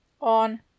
On